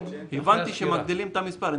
הבנתי שמגדילים את המספר.